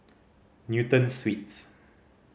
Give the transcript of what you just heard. Newton Suites